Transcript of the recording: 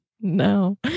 no